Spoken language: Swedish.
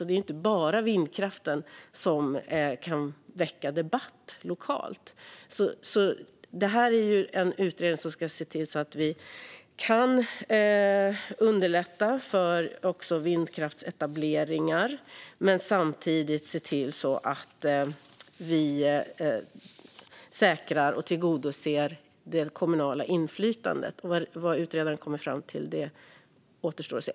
Det är inte bara vindkraften som kan väcka debatt lokalt. Denna utredning ska se till så att vi kan underlätta för vindkraftsetableringar men samtidigt säkra och tillgodose det kommunala inflytandet. Vad utredaren kommer fram till återstår att se.